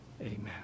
Amen